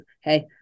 Hey